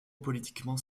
politiquement